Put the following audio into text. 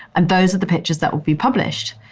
and those are the pictures that will be published.